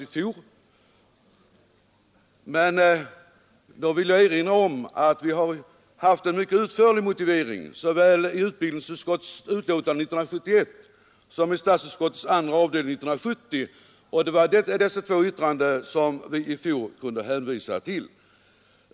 Då vill jag emellertid erinra om att vi hade en mycket utförlig motivering såväl i utskottets betänkande år 1971 som i statsutskottets utlåtande år 1970, och det var dessa två utlåtanden som vi i fjol kunde hänvisa till.